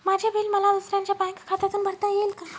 माझे बिल मला दुसऱ्यांच्या बँक खात्यातून भरता येईल का?